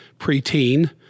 preteen